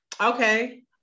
Okay